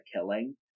killing